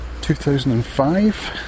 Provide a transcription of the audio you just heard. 2005